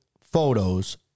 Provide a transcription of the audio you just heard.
photos